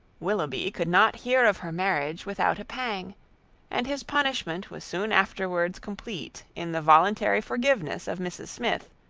willoughby could not hear of her marriage without a pang and his punishment was soon afterwards complete in the voluntary forgiveness of mrs. smith,